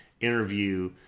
interview